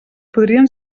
podrien